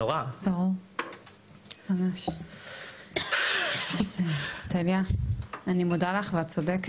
של ילדים שממש נכנסה להם לתודעה וללב,